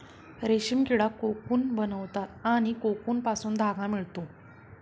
रेशीम किडा कोकून बनवतात आणि कोकूनपासून धागा मिळतो